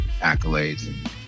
accolades